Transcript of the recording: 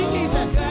Jesus